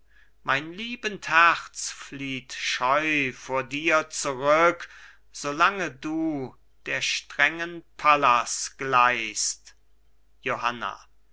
mein liebend herz flieht scheu vor dir zurück solange du der strengen pallas gleichst johanna